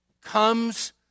comes